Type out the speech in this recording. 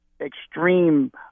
extreme